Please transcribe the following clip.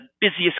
busiest